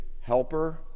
Helper